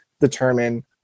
determine